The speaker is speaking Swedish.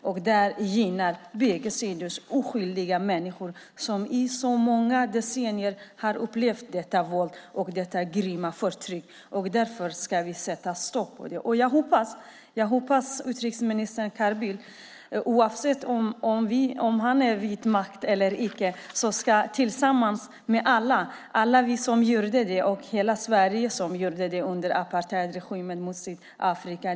På bägge sidor drabbas oskyldiga människor som i så många decennier har upplevt detta våld och detta grymma förtryck. Därför ska vi sätta stopp för det. Jag hoppas, utrikesminister Carl Bildt, att oavsett om han sitter vid makten eller icke ska vi tillsammans med alla göra det här igen. Det gäller alla, och hela Sverige, som gjorde detta under apartheidregimen i Sydafrika.